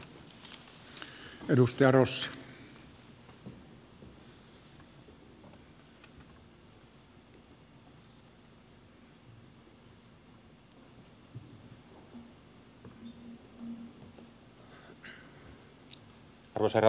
arvoisa herra puhemies